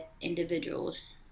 individuals